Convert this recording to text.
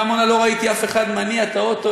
בעמונה לא ראיתי אף אחד מניע את האוטו,